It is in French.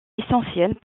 essentielles